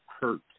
hurt